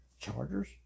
Chargers